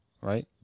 right